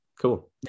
cool